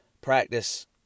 practice